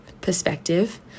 perspective